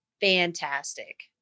fantastic